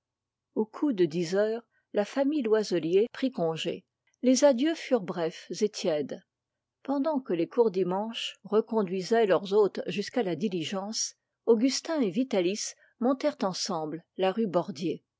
au coup de dix heures la famille loiselier prit congé les adieux furent brefs et tièdes pendant que les courdimanche reconduisaient leurs hôtes jusqu'à la diligence augustin et vitalis montèrent ensemble la rue bordier